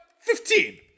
Fifteen